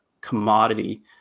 commodity